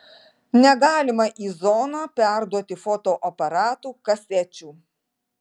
negalima į zoną perduoti fotoaparatų kasečių